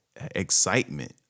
excitement